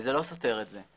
וזה לא סותר את זה.